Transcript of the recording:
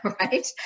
right